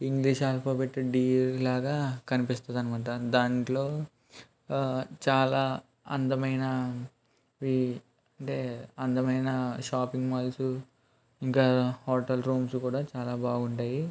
English alphabet D లాగా కనిపిస్తుంది అన్నమాట దాంట్లో చాలా అందమైనవి అంటే అందమైన షాపింగ్ మాల్స్ ఇంకా హోటల్ రూమ్స్ కూడా చాలా బాగుంటాయి